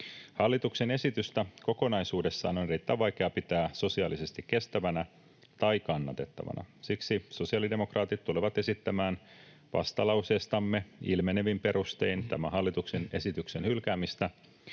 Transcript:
Hallituksen esitystä kokonaisuudessaan on erittäin vaikea pitää sosiaalisesti kestävänä tai kannatettavana. Siksi sosiaalidemokraatit tulevat esittämään vastalauseestamme ilmenevin perustein tämän hallituksen esityksen hylkäämistä,